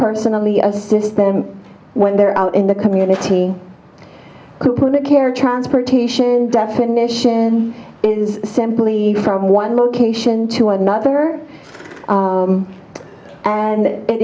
personally assist them when they're out in the community who put care transportation definition is simply from one location to another and it